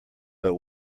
but